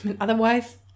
otherwise